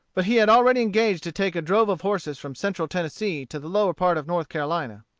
but he had already engaged to take a drove of horses from central tennessee to the lower part of north carolina.